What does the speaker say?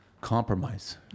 compromise